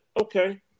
okay